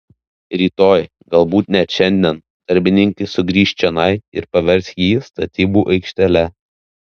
rytoj galbūt net šiandien darbininkai sugrįš čionai ir pavers jį statybų aikštele